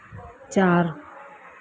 चार